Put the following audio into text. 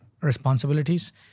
responsibilities